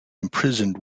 imprisoned